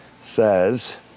says